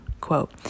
quote